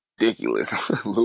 ridiculous